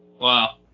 Wow